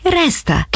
resta